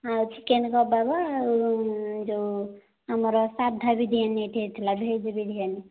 ଆଉ chicken kebab ଆଉ ଏଇ ଯେଉଁ ଆଉ ଆମର ସାଧା ବିରିୟାନୀଟେ ହେଇଥିଲା ଭେଜ୍ ବିରିୟାନୀ